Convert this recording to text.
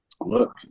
look